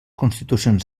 constitucions